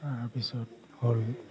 তাৰপিছত হ'ল